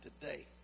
today